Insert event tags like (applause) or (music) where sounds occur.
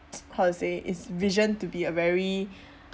(noise) how to say it's visioned to be a very